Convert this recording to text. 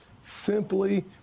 simply